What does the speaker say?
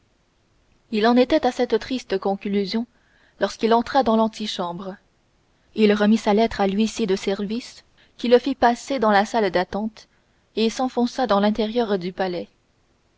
il en était à cette triste conclusion lorsqu'il entra dans l'antichambre il remit sa lettre à l'huissier de service qui le fit passer dans la salle d'attente et s'enfonça dans l'intérieur du palais